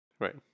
Right